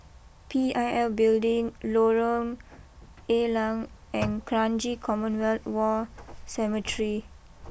P I L Building Lorong ALeng and Kranji Commonwealth War Cemetery